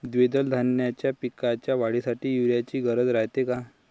द्विदल धान्याच्या पिकाच्या वाढीसाठी यूरिया ची गरज रायते का?